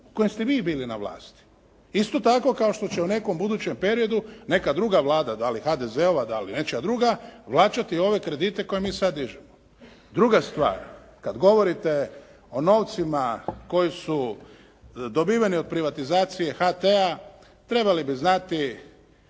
u kojem ste vi bili na vlasti isto tako kao što će u nekom budućem periodu neka druga vlada, da li HDZ-ova, da li nečija druga vraćati ove kredite koje mi sad dižemo. Druga stvar, kad govorite o novcima koji su dobiveni od privatizacije HT-a trebali bi znati